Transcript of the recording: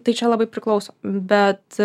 tai čia labai priklauso bet